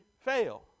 fail